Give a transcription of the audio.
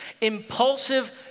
impulsive